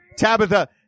Tabitha